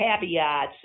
caveats